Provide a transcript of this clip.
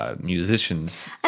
Musicians